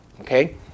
Okay